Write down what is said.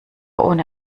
ohne